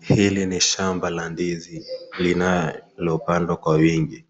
Hili ni shamba la ndizi linalopandwa kwa wingi,